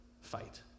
fight